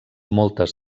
moltes